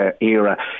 era